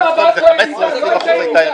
שום הוזלה לא הייתה.